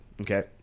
Okay